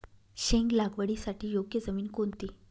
शेंग लागवडीसाठी योग्य जमीन कोणती?